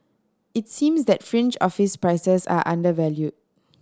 it seems that fringe office prices are undervalued